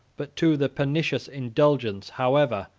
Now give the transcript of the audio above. but to the pernicious indulgence, however,